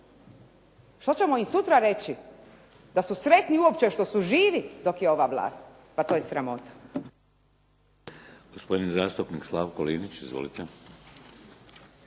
Što ćemo im sutra reći? da su sretni uopće što su živi dok je ova vlast, pa to je sramota. **Šeks, Vladimir (HDZ)** Gospodin zastupnik Slavko Linić. Izvolite.